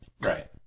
Right